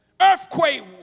Earthquake